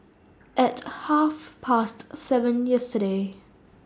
At Half Past seven yesterday